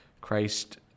Christ